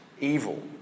evil